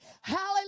hallelujah